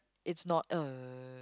it's not a